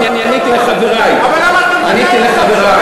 אבל למה אתה מבטל את זה עכשיו?